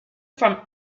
from